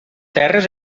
terres